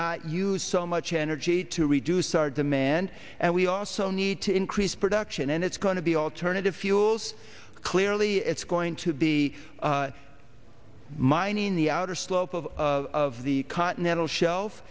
not use so much energy to reduce our demand and we also need to increase production and it's going to be alternative fuels clearly it's going to be mining the outer slope of of the continental shel